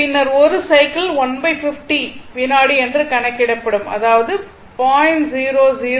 பின்னர் 1 சைக்கிள் 150 வினாடி என்று கணக்கிடப்படும் அதாவது 0